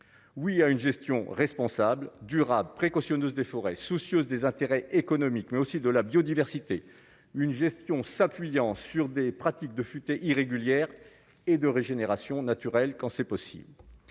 oui à une gestion responsable durable précautionneuse des forêts, soucieuse des intérêts économiques, mais aussi de la biodiversité, une gestion s'appuyant sur des pratiques de futaie irrégulière et de régénération naturelle quand c'est possible,